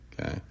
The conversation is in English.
Okay